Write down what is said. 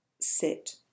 sit